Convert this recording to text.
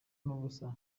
n’ubusa